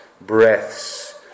breaths